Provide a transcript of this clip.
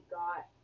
got